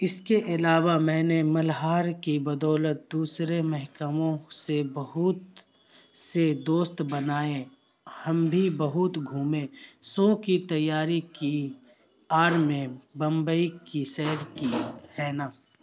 اس کے علاوہ میں نے ملہار کی بدولت دوسرے محکموں سے بہت سے دوست بنائے ہم بھی بہت گھومے شو کی تیاری کی آڑ میں بمبئی کی سیر کی ہے نا